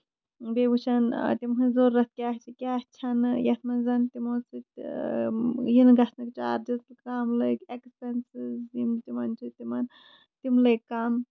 بیٚیہِ وٕچھان تِمن ہٕنز ضروٗرت کیٛاہ چھِ کیاہ چھنہٕ یَتھ منٛز زَن تِمن سۭتۍ یِنہٕ گژھنہٕ چارجِز کم لٔگۍ اٮ۪کسپینسز یِم تِمن چھِ تِمن تِم لگۍ کَم